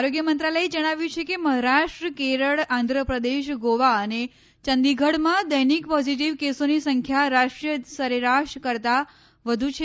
આરોગ્ય મંત્રાલયે જણાવ્યું છે કે મહારાષ્ટ્ર કેરળ આંધ્રપ્રદેશ ગોવા અને ચંદીગઢમાં દૈનિક પોઝીટીવ કેસોની સંખ્યા રાષ્ટ્રીય સરેરાશ કરતા વધુ છે